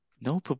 no